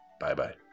Bye-bye